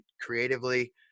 creatively